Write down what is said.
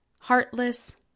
heartless